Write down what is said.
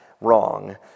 wrong